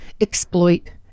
exploit